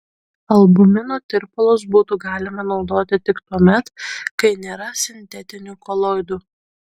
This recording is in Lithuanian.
albumino tirpalus būtų galima naudoti tik tuomet kai nėra sintetinių koloidų